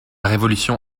révolution